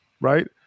Right